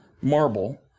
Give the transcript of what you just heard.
marble